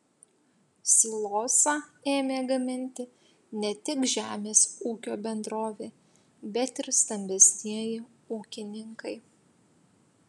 silosą ėmė gaminti ne tik žemės ūkio bendrovė bet ir stambesnieji ūkininkai